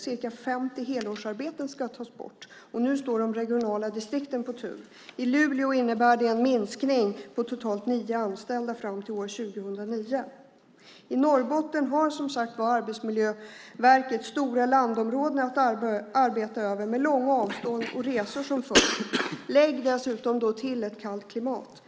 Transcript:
Ca 50 helårsarbeten ska tas bort, och nu står de regionala distrikten på tur. I Luleå innebär det en minskning med totalt nio anställda fram till år 2009. I Norrbotten har som sagt Arbetsmiljöverket stora landområden att arbeta över, med långa avstånd och resor. Lägg dessutom därtill ett kallt klimat.